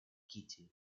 кити